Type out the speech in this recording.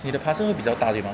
你的 parcel 比较大粒 mah